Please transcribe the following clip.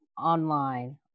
online